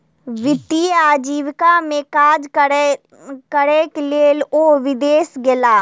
वित्तीय आजीविका में काज करैक लेल ओ विदेश गेला